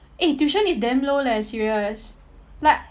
eh tuition is damn low leh serious like